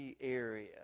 area